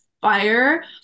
fire